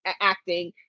acting